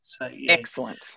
Excellent